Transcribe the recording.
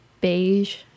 beige